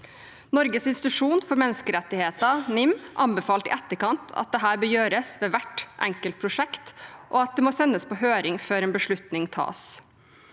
Norges institusjon for menneskerettigheter, NIM, anbefalte i etterkant at dette bør gjøres ved hvert enkelt prosjekt, og at det må sendes på høring før en beslutning tas.